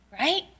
Right